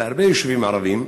בהרבה יישובים ערביים?